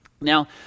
Now